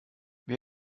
wer